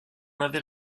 avait